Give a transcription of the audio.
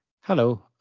Hello